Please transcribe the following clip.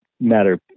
matter